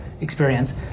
experience